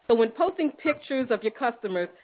but when posting pictures of your customers,